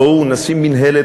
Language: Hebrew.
בואו, ומינהלת לזהות יהודית.